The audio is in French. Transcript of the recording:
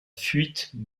fuite